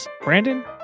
Brandon